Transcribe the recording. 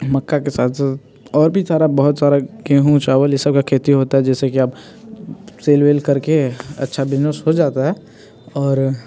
मक्के के साथ साथ और भी सारे बहुत सारे गेहूँ चावल ये सब की खेती होती है जैसे कि आप सेल वेल कर के अच्छा बिजनेस हो जाता है और